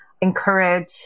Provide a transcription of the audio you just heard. Encourage